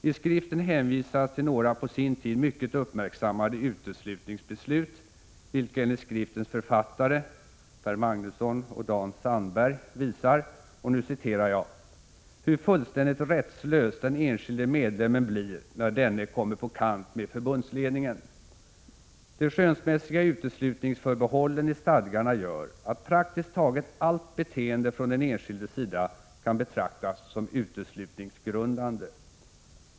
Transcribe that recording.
I skriften hänvisas till några på sin tid mycket uppmärksammade uteslutningsbeslut, vilka enligt skriftens författare Per Magnusson och Dan Sandberg visar — och nu citerar jag — ”hur fullständigt rättslös den enskilde medlemmen blir när denne kommer på kant med förbundsledningen. De skönsmässiga uteslutningsförbehållen i stadgarna gör att praktiskt taget allt beteende från den enskildes sida kan betraktas som uteslutningsgrundande.